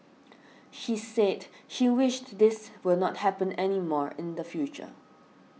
she said she wished this will not happen anymore in the future